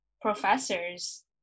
professors